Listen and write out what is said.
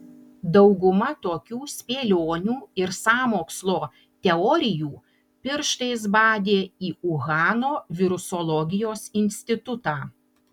dauguma tokių spėlionių ir sąmokslo teorijų pirštais badė į uhano virusologijos institutą